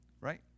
right